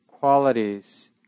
qualities